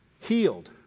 healed